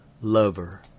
lover